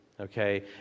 okay